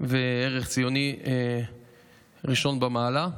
וערך ציוני ראשון במעלה.